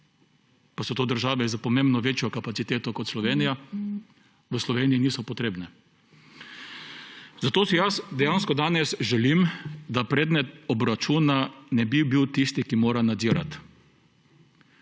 pa so to države s pomembno večjo kapaciteto kot Slovenija, v Sloveniji niso potrebne. Zato si jaz dejansko danes želim, da predmet obračuna ne bi bil tisti, ki mora nadzirati.